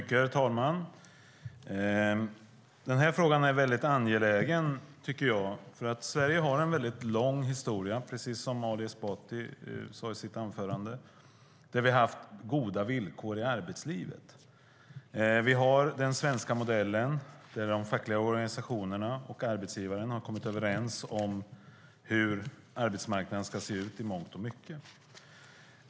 Herr talman! Frågan är angelägen eftersom Sverige, precis som Ali Esbati sade i sitt anförande, har en lång historia av goda villkor i arbetslivet. Vi har den svenska modellen i vilken de fackliga organisationerna och arbetsgivarna har kommit överens om hur arbetsmarknaden ska se ut i mångt och mycket.